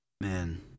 Man